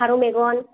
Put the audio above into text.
फारौ मेगन